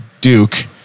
Duke